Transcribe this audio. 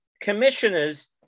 commissioners